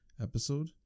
episode